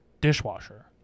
dishwasher